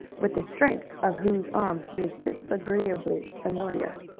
with the strength of whose arm he was disagreeably familiar.